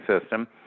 system